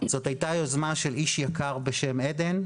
זאת הייתה יוזמה של איש יקר מאוד בשם עדן,